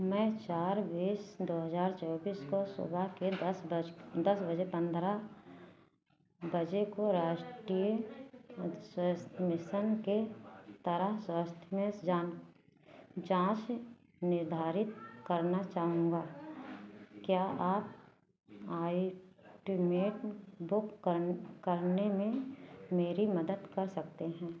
मैं चार बीस दो हजार चौबीस को सुबह के दस बज दस बजे पन्द्रह बजे को राष्ट्रीय स्वास्थ्य मिसन के तहत स्वास्थ्य में जाँच जाँच निर्धारित करना चाहूँगा क्या आप आइटमेन बुक कर करने में मेरी मदद कर सकते हैं